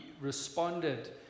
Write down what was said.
responded